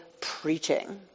preaching